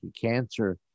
Cancer